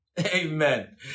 Amen